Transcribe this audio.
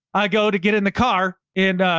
i go to get in the car and,